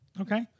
Okay